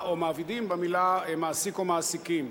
או "מעבידים" במלה "מעסיק" או "מעסיקים".